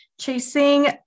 chasing